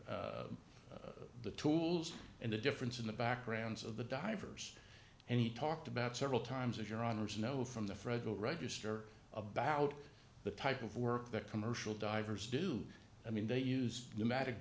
the tools and the difference in the backgrounds of the divers and he talked about several times your honour's know from the federal register about the type of work that commercial divers do i mean they use pneumatic